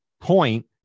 point